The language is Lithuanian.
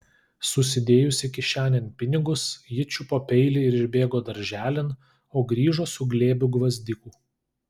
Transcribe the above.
susidėjusi kišenėn pinigus ji čiupo peilį ir išbėgo darželin o grįžo su glėbiu gvazdikų